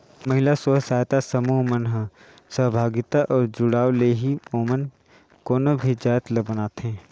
महिला स्व सहायता समूह मन ह सहभागिता अउ जुड़ाव ले ही ओमन कोनो भी जाएत ल बनाथे